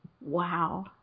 Wow